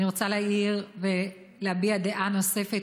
אני רוצה להעיר ולהביע דעה נוספת,